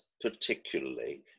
particularly